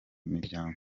miryango